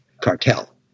cartel